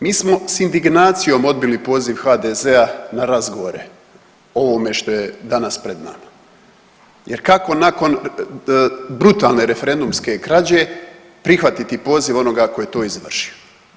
Mi smo s indignacijom odbili poziv HDZ-a na razgovore o ovome što je danas pred nama jer kako nakon brutalne referendumske krađe prihvatiti poziv onoga tko je to izvršio.